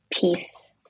peace